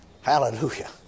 Hallelujah